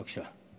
בבקשה.